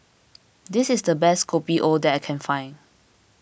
this is the best Kopi O that I can find